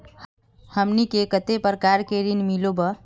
हमनी के कते प्रकार के ऋण मीलोब?